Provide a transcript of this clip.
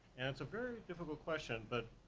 and it's a very difficult question, but,